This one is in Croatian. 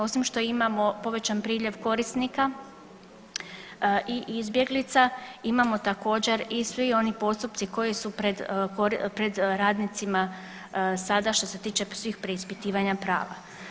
Osim što imamo povećan broj korisnika i izbjeglica, imamo također i svi oni postupci koji su pred radnicima sada što se tiče preispitivanja prava.